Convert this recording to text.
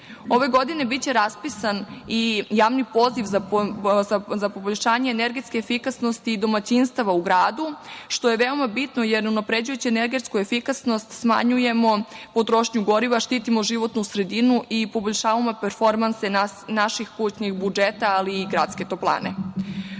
godine biće raspisan i javni poziv za poboljšanje energetske efikasnosti i domaćinstava u gradu, što je veoma bitno jer unapređujući energetsku efikasnost smanjujemo potrošnju goriva, štitimo životnu sredinu i poboljšavamo performanse naših kućnih budžeta, ali i gradske